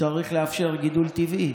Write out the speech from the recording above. צריך לאפשר גידול טבעי